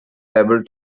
able